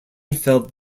felt